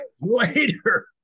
later